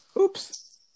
Oops